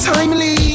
Timely